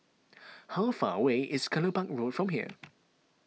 how far away is Kelopak Road from here